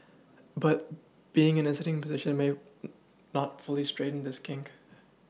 but being in a sitting position may not fully straighten this kink